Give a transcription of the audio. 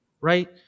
right